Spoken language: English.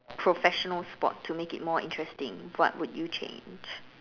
professional sport to make it more interesting what would you change